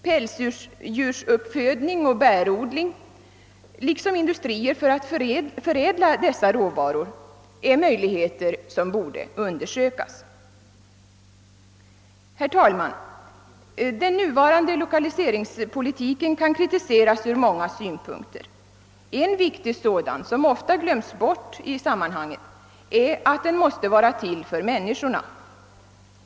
Pälsdjursuppfödning och bärodling liksom industrier för att förädla dessa råvaror är möjligheter som borde undersökas. Herr talman! Den nuvarande lokaliseringspolitiken kan kritiseras ur många synpunkter. En viktig sådan, som ofta glöms bort i sammanhanget, är att 1okaliseringspolitiken måste vara till för människorna.